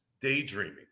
daydreaming